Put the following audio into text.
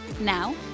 Now